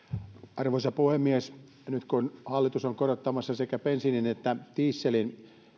arvoisa puhemies nyt kun hallitus on korottamassa sekä bensiinin että dieselin